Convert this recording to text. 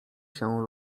się